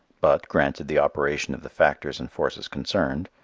but, granted the operation of the factors and forces concerned,